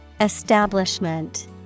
Establishment